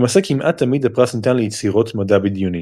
למעשה כמעט תמיד הפרס ניתן ליצירות מדע בדיוני.